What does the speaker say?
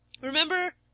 Remember